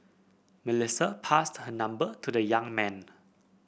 Melissa passed her number to the young man